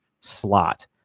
slot